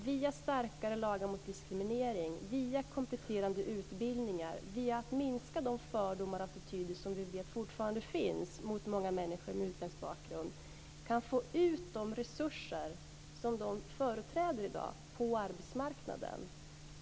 Via starkare lagar mot diskriminering, via kompletterande utbildningar, via en minskning av de fördomar och attityder som vi vet fortfarande finns mot många människor med utländsk bakgrund kan vi få ut de resurser som de i dag företräder på arbetsmarknaden.